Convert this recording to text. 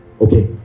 Okay